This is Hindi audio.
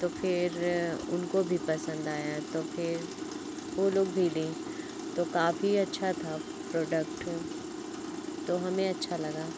तो फिर उनको भी पसंद आया तो फिर वह लोग भी लीं तो काफी अच्छा था प्रोडक्ट तो हमें अच्छा लगा